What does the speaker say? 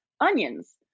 onions